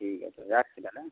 ঠিক আছে রাখছি তাহলে হ্যাঁ